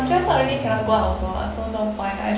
dress up already cannot go out of also lah so no point like